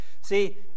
See